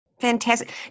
Fantastic